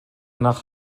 nach